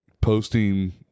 posting